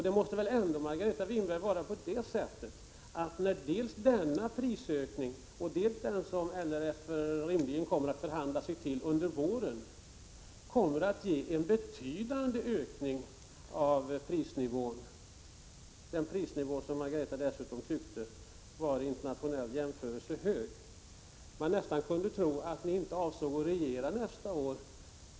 Det måste väl ändå, Margareta Winberg, förhålla sig så att dels denna prisökning, dels den som LRF rimligen kommer att förhandla sig fram till under våren ger en betydande ökning av prisnivån, en prisnivå som Margareta Winberg dessutom tyckte var hög vid en internationell jämförelse. Man kunde nästan få intrycket att ni inte avsåg att regera nästa år.